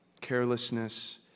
carelessness